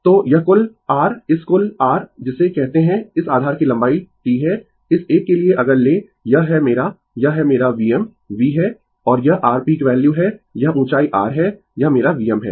तो यह कुल r इस कुल r जिसे कहते है इस आधार की लंबाई T है इस एक के लिए अगर लें यह है मेरा यह है मेरा Vm V है और यह r पीक वैल्यू है यह ऊंचाई r है यह मेरा Vm है